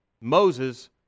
Moses